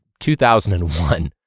2001